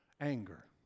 anger